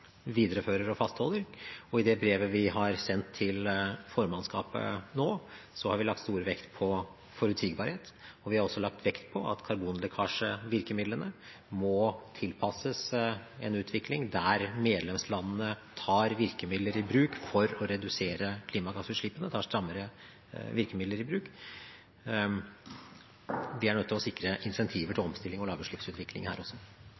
lagt stor vekt på forutsigbarhet, og vi har også lagt vekt på at karbonlekkasjevirkemidlene må tilpasses en utvikling der medlemslandene tar strammere virkemidler i bruk for å redusere klimagassutslippene. Vi er nødt til å sikre incentiver til omstilling og lavutslippsutvikling her også.